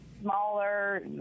smaller